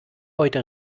heute